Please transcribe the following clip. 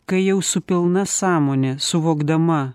kai jau su pilna sąmone suvokdama